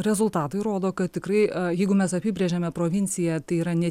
rezultatai rodo kad tikrai jeigu mes apibrėžiame provincija tai yra ne